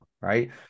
right